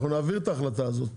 אנחנו נעביר את ההחלטה הזאת.